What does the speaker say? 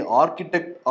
architect